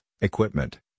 equipment